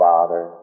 Father